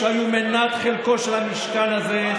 שהיו מנת חלקו של המשכן הזה,